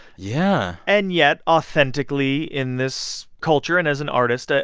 yeah. and yet authentically, in this culture and as an artist, ah